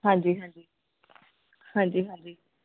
ਹਾਂਜੀ ਹਾਂਜੀ ਹਾਂਜੀ ਹਾਂਜੀ